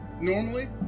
normally